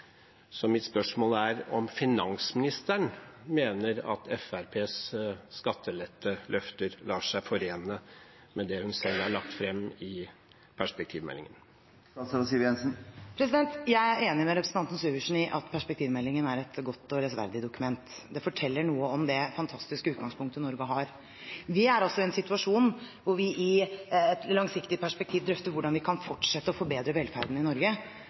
Mitt spørsmål er om finansministeren mener at Fremskrittspartiets skatteletteløfter lar seg forene med det hun selv har lagt fram i perspektivmeldingen. Jeg er enig med representanten Syversen i at perspektivmeldingen er et godt og lesverdig dokument. Det forteller noe om det fantastiske utgangspunktet Norge har. Vi er i en situasjon hvor vi i et langsiktig perspektiv drøfter hvordan vi kan fortsette å forbedre velferden i Norge,